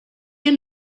your